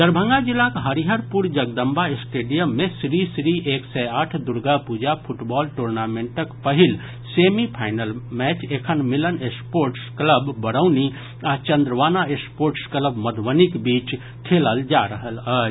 दरभंगा जिलाक हरिहरपुर जगदम्बा स्टेडियम मे श्रीश्री एक सय आठ दुर्गापूजा फुटबॉल टूर्नामेंटक पहिल सेमीफाइनल मैच एखन मिलन स्पोर्ट्स क्लब बरौनी आ चंद्रवाना स्पोर्ट्स क्लब मधुबनीक बीच खेलल जा रहल अछि